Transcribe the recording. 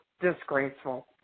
disgraceful